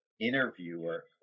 interviewer